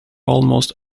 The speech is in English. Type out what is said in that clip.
almost